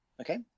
Okay